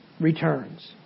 returns